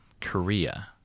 Korea